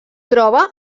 troba